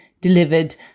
delivered